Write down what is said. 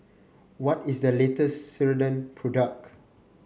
what is the latest Ceradan product